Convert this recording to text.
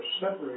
separate